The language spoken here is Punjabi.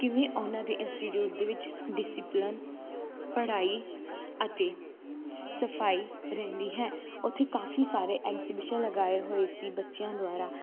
ਕਿਵੇਂ ਉਹਨਾਂ ਦੇ ਇੰਸਟੀਟਿਊਟ ਦੇ ਵਿੱਚ ਡਿਸਿਪਲਨ ਪੜ੍ਹਾਈ ਅਤੇ ਸਫਾਈ ਰਹਿੰਦੀ ਹੈ ਉੱਥੇ ਕਾਫੀ ਸਾਰੇ ਐਗਜੀਬਿਸ਼ਨ ਲਗਾਏ ਹੋਏ ਸੀ ਬੱਚਿਆਂ ਦੁਆਰਾ